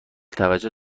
توجه